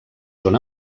són